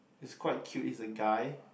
it's quite cute it's a guy